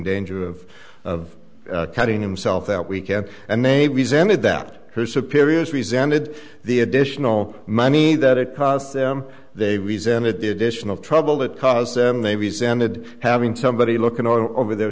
danger of of cutting himself that weekend and they resented that her superiors resented the additional money that it cost them they resented the addition of trouble it caused them they resented having somebody looking over their